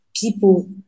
people